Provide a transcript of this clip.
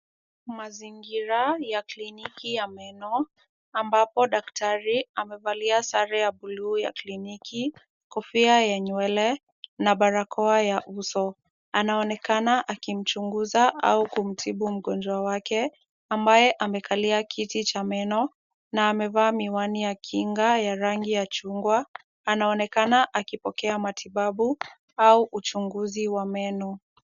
Mazingira ya kliniki ya meno ambapo daktari amevalia sare ya buluu ya kliniki, kofia ya nywele na barakoa ya uso. Anaonekana akimchunguza au kumtibu mgonjwa wake ambaye amekalia kiti cha meno na amevaa miwani ya kinga ya rangi ya chungwa. Anaonekana akipokea matibabu au uchunguzi wa meno.